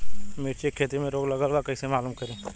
मिर्ची के खेती में रोग लगल बा कईसे मालूम करि?